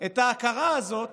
את ההכרה הזאת